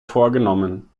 vorgenommen